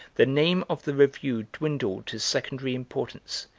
the name of the revue dwindled to secondary importance,